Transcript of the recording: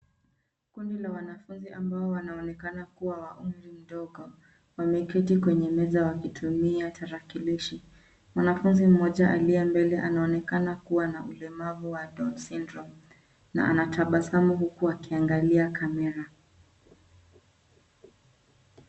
Kundi la wanafunzi ambao wanaonekana kuwa wa umri mdogo wameketi kwenye meza wakitumia tarakilishi. Mwanafunzi mmoja aliye mbele anaonekana kuwa na ulemavu wa Down Syndrome na anatabasamu huku akiangalia kamera.